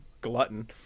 glutton